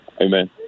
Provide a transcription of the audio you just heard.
Amen